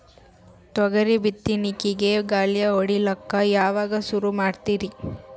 ತೊಗರಿ ಬಿತ್ತಣಿಕಿಗಿ ಗಳ್ಯಾ ಹೋಡಿಲಕ್ಕ ಯಾವಾಗ ಸುರು ಮಾಡತೀರಿ?